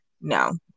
no